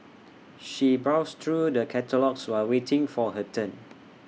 she browsed through the catalogues while waiting for her turn